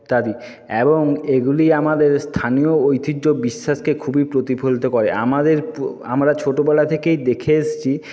ইত্যাদি এবং এইগুলি আমাদের স্থানীয় ঐতিহ্য বিশ্বাসকে খুবই প্রতিফলিত করে আমাদের আমরা ছোটোবেলা থেকেই দেখে এসছি